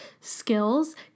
skills